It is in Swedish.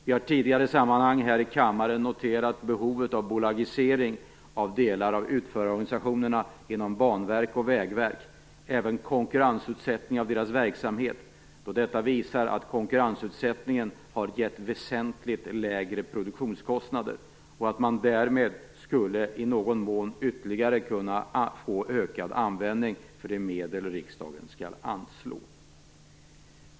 Vi har i tidigare sammanhang här i kammaren noterat behovet av bolagisering av delar av utförarorganisationerna inom Banverket och Vägverket och även konkurrensutsättning av deras verksamhet, då det visat sig att konkurrensutsättning har gett väsentligt lägre produktionskostnader. Därmed skulle man i någon mån ytterligare kunna få ökad användning av de medel som riksdagen skall anslå.